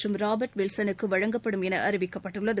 மற்றும் ராபர்ட் வில்சனுக்கு வழங்கப்படும் என அறிவிக்கப்பட்டுள்ளது